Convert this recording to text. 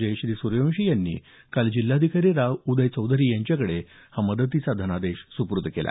जयश्री सूर्यवंशी यांनी काल जिल्हाधिकारी उदय चौधरी यांच्याकडे हा मदतीचा धनादेश सुपूर्द केला